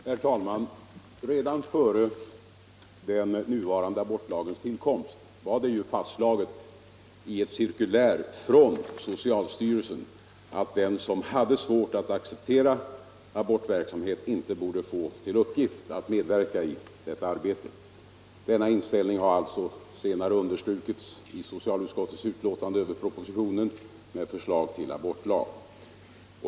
Herr talman! Redan före den nuvarande abortlagens tillkomst var det fastslaget i ett cirkulär från socialstyrelsen att den som hade svårt att acceptera abortverksamhet inte borde få till uppgift att medverka i detta arbete. Den inställningen har senare understrukits i socialutskottets utlåtande över propositionen med förslag till abortlag.